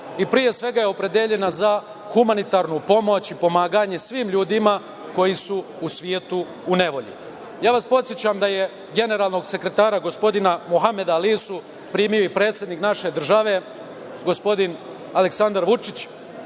i pre svega opredeljena za humanitarnu pomoć i pomaganje svim ljudima koji su u svetu u nevolji. Podsećam vas da je generalnog sekretara gospodina Muhameda El Isu primio i predsednik naše države gospodine Aleksandar Vučić,